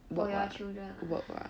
for your children ah